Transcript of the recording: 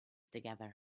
together